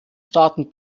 staaten